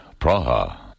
Praha